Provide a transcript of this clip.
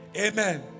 Amen